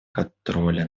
контроля